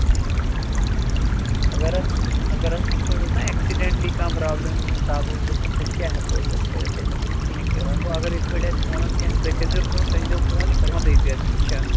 اَچھا اَگر اَتھ اَگر اَتھ یِتھٕ پٲٹھۍ اوس نا ایٚکسِڈینٛٹلی کانٛہہ پرٛابلِم گوٚمُت دَب اوس لوٚگمُت تیٚلہِ کیٛاہ ہٮ۪کو أسۍ اَتھ کٔرِتھ تیٚلہِ ہٮ۪کو نہٕ کِہیٖنۍ کٔرِتھ وۅنۍ گوٚو اگرے یِتھٕ پٲٹھۍ آسہِ فونس کیٚنٛہہ تُہۍ کٔرۍزیٚو کٲم تُہۍ ییٖزیٚو فون یہِ کَرہون رِپیر ٹھیٖک چھا